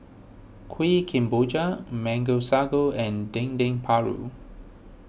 Kuih Kemboja Mango Sago and Dendeng Paru